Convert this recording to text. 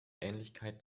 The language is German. ähnlichkeit